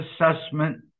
assessment